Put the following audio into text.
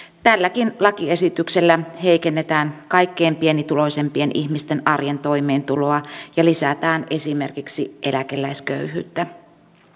tälläkin lakiesityksellä heikennetään kaikkein pienituloisimpien ihmisten arjen toimeentuloa ja lisätään esimerkiksi eläkeläisköyhyyttä